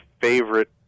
favorite